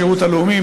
השירות הלאומי,